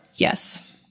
Yes